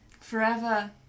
Forever